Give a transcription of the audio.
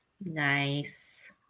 Nice